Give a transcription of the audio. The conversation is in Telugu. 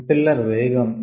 ఇంపెల్లర్ వేగం